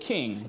King